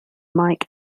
mike